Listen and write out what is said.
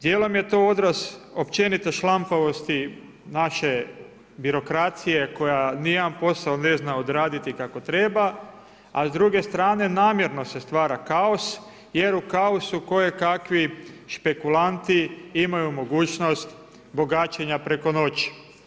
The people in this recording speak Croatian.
Dijelom je to odraz općenito šlampavosti naše birokracije koja nijedan posao ne zna odraditi kako treba, a s druge strane namjerno se stvara kaos jer u kaosu kojekakvi špekulanti imaju mogućnost bogaćenja preko noći.